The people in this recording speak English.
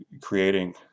creating